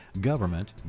government